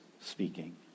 speaking